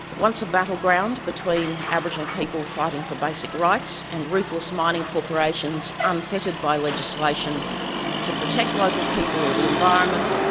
once a battleground between aboriginal people fighting for basic rights and ruthless mining corporations unfettered by legislation to protect local people or the environment,